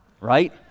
right